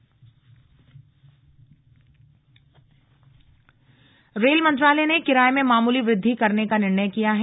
rail किराया rail मंत्रालय ने किराए में मामूली वृद्धि करने का निर्णय किया है